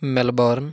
Melbourne